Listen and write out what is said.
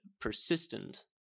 persistent